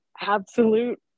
absolute